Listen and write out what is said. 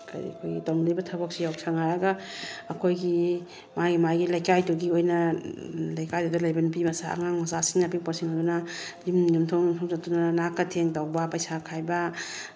ꯀꯔꯤ ꯑꯩꯈꯣꯏꯒꯤ ꯇꯧꯅꯔꯤꯕ ꯊꯕꯛꯁꯤ ꯌꯥꯎꯁꯪ ꯍꯥꯏꯔꯒ ꯑꯩꯈꯣꯏꯒꯤ ꯃꯥꯒꯤ ꯃꯥꯒꯤ ꯂꯩꯀꯥꯏꯗꯨꯒꯤ ꯑꯣꯏꯅ ꯂꯩꯀꯥꯏꯗꯨꯗ ꯂꯩꯕ ꯅꯨꯄꯤ ꯃꯆꯥ ꯑꯉꯥꯡ ꯃꯆꯥꯁꯤꯡ ꯑꯄꯤꯛꯄꯁꯤꯡ ꯑꯗꯨꯅ ꯌꯨꯝ ꯌꯨꯝꯊꯣꯡ ꯌꯨꯝꯊꯣꯡ ꯆꯠꯇꯨꯅ ꯅꯥꯀꯊꯦꯡ ꯇꯧꯕ ꯄꯩꯁꯥ ꯈꯥꯏꯕ